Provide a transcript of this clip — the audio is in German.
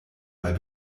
bei